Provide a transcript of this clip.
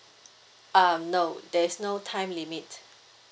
um no there is no time limit